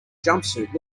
jumpsuit